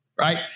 Right